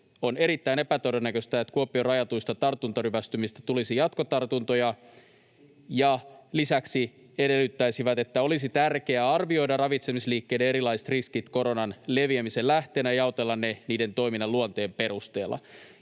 On erittäin epätodennäköistä, että Kuopion rajatuista tartuntaryvästymistä tulisi jatkotartuntoja. Lisäksi he edellyttäisivät, että olisi tärkeää arvioida ravitsemisliikkeiden erilaiset riskit koronan leviämisen lähteenä, jaotella ne niiden toiminnan luonteen perusteella.